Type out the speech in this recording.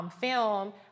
film